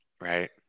right